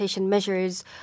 measures